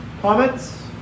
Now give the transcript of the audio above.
Comments